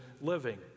living